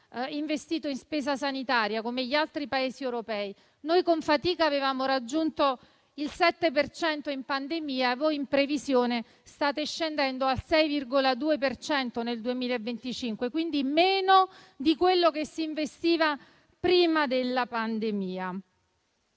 investito in spesa sanitaria, come gli altri Paesi europei. Noi, con fatica, in pandemia avevamo raggiunto il 7 per cento; voi, in previsione, state scendendo al 6,2 per cento nel 2025, quindi meno di quello che si investiva prima della pandemia.